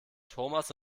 thomas